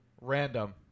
Random